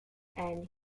and